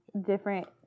different